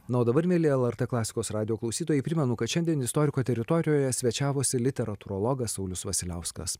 na o dabar mieli lrt klasikos radijo klausytojai primenu kad šiandien istoriko teritorijoje svečiavosi literatūrologas saulius vasiliauskas